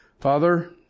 Father